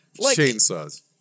Chainsaws